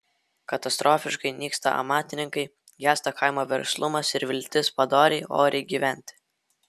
katastrofiškai nyksta amatininkai gęsta kaimo verslumas ir viltis padoriai oriai gyventi